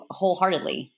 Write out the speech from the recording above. wholeheartedly